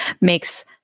makes